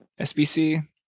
SBC